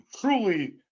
truly